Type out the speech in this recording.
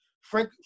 Frank